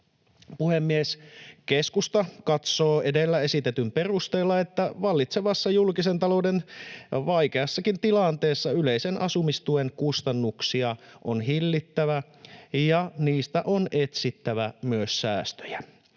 Puhemies! Keskusta katsoo edellä esitetyn perusteella, että vallitsevassa julkisen talouden vaikeassakin tilanteessa yleisen asumistuen kustannuksia on hillittävä ja niistä on etsittävä myös säästöjä.